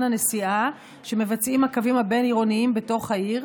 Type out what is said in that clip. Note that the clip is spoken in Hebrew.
הנסיעה שמבצעים הקווים הבין-עירוניים בתוך העיר,